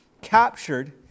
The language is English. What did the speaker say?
captured